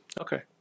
Okay